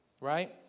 right